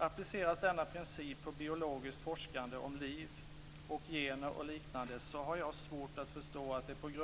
Appliceras denna princip på biologiskt forskande om liv, gener och liknande har jag svårt att förstå att det vid